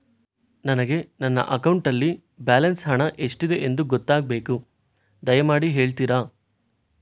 ನನಗೆ ನನ್ನ ಅಕೌಂಟಲ್ಲಿ ಬ್ಯಾಲೆನ್ಸ್ ಹಣ ಎಷ್ಟಿದೆ ಎಂದು ಗೊತ್ತಾಗಬೇಕು, ದಯಮಾಡಿ ಹೇಳ್ತಿರಾ?